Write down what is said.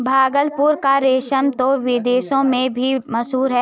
भागलपुर का रेशम तो विदेशों में भी मशहूर है